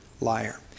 liar